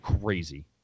crazy